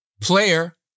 player